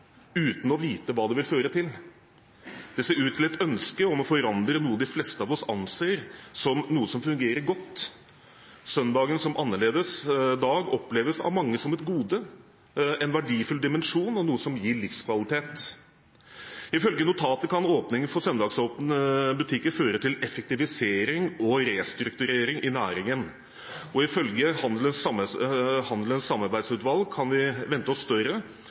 uten å vite hva det vil føre til. Det ser ut til å være et ønske om å forandre noe de fleste av oss anser som noe som fungerer godt. Søndagen som en annerledes dag oppleves av mange som et gode, en verdifull dimensjon og noe som gir livskvalitet. Ifølge notatet kan åpning for søndagsåpne butikker føre til effektivisering og restrukturering i næringen, og ifølge Handelens samarbeidsutvalg kan vi vente oss større